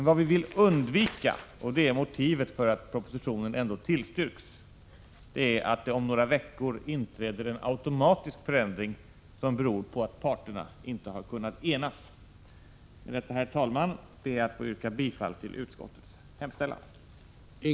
Vad vi vill undvika — och det är motivet till att propositionen ändå tillstyrks — är att det om några veckor inträder en automatisk förändring som beror på att parterna inte har kunnat enas. Med detta, herr talman, ber jag att få yrka bifall till utskottets hemställan.